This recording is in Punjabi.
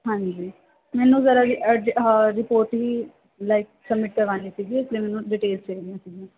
ਹਾਂਜੀ ਮੈਨੂੰ ਜ਼ਰਾ ਵੀ ਅਰਜ਼ ਆਹ ਰਿਪੋਰਟ ਹੀ ਲਾਈਕ ਸਬਮਿਟ ਕਰਵਾਉਣੀ ਸੀਗੀ ਇਸ ਲਈ ਮੈਨੂੰ ਡਿਟੇਲਸ ਚਾਹੀਦੀਆਂ ਸੀਗੀਆਂ